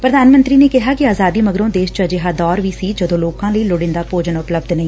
ਪ੍ਰਧਾਨ ਮੰਤਰੀ ਨੇ ਕਿਹਾ ਕਿ ਆਜ਼ਾਦੀ ਮਗਰੋਂ ਦੇਸ਼ ਚ ਅਜਿਹਾ ਦੌਰ ਵੀ ਸੀ ਜਦੋਂ ਲੋਕਾ ਲਈ ਲੋੜੀਂਦਾ ਭੋਜਨ ਉਪਲੱਬਧ ਨਹੀਂ ਸੀ